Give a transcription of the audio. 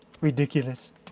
ridiculous